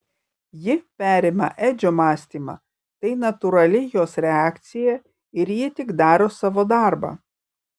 ji perima edžio mąstymą tai natūrali jos reakcija ir ji tik daro savo darbą